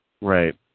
Right